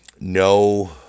no